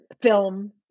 film